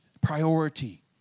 priority